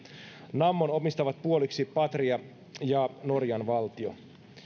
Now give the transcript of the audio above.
nammon omistavat puoliksi patria ja norjan valtio